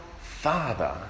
Father